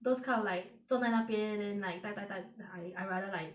those kind of like 坐在那边 then like type type I I rather like